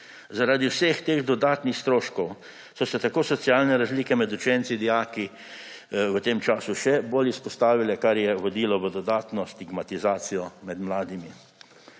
Zaradi vseh teh dodatnih stroškov so se tako socialne razlike med učenci, dijaki v tem času še bolj izpostavile, kar je vodilo v dodatno stigmatizacijo med mladimi.